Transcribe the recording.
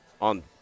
on